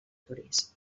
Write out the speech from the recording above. torís